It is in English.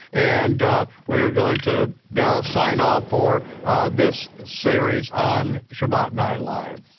and we are going to now sign off for this series on shabbat night live.